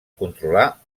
controlar